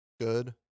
good